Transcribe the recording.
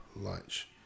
lunch